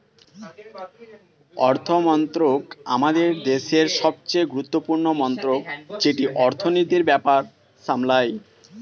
অর্থমন্ত্রক আমাদের দেশের সবচেয়ে গুরুত্বপূর্ণ মন্ত্রক যেটি অর্থনীতির ব্যাপার সামলায়